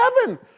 heaven